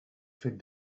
fet